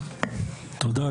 תודה,